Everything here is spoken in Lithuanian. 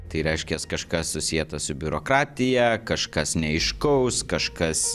tai reiškias kažkas susietas su biurokratija kažkas neaiškaus kažkas